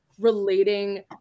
relating